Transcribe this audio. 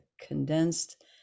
condensed